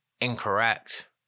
incorrect